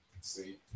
See